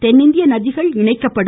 தென்னிந்திய நதிகள் இணைக்கப்படும்